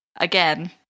Again